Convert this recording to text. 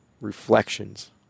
Reflections